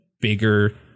bigger